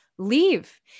Leave